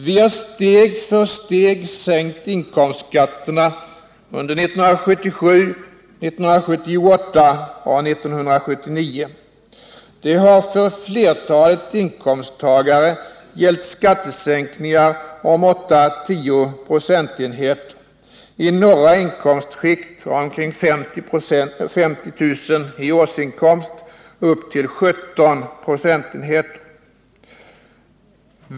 Vi har steg för steg sänkt inkomstskatterna under 1977, 1978 och 1979. Det har för flertalet inkomsttagare gällt skattesänkningar på 8-10 procentenheter — i några inkomstskikt, med omkring 50 000 kr. i årsinkomst, upp till 17 procentenheter.